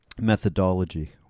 methodology